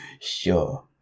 Sure